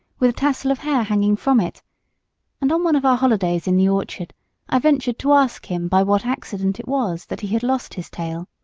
with a tassel of hair hanging from it and on one of our holidays in the orchard i ventured to ask him by what accident it was that he had lost his tail.